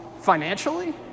financially